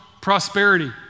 prosperity